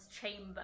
chamber